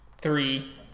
Three